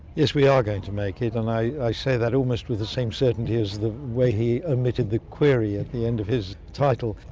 yes, we are going to make it and i say that almost with the same certainty as the way he omitted the query at the end of his title.